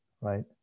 right